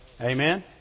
Amen